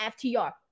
FTR